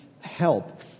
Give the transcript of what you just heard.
help